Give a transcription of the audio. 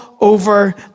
over